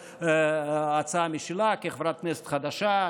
הצעה משלה כחברת כנסת חדשה.